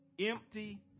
empty